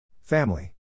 Family